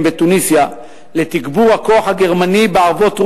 בתוניסיה לתגבור הכוח הגרמני בערבות רוסיה,